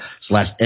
slash